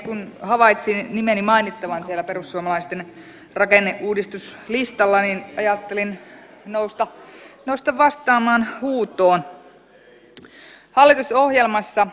kun havaitsin nimeni mainittavan siellä perussuomalaisten rakenneuudistuslistalla niin ajattelin nousta vastaamaan huutoon